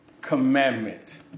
commandment